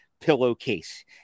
pillowcase